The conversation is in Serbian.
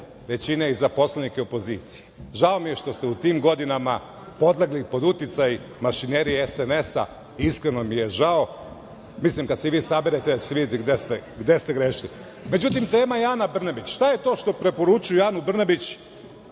većine i za poslanike opozicije. Žao mi je što ste u tim godinama podlegli pod uticaj mašinerije SNS-a, iskreno mi je žao. Mislim kada se vi saberete da ćete videti gde ste grešili.Međutim, tema je Ana Brnabić. Šta je to što preporučuju Anu Brnabić